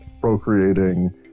procreating